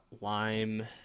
lime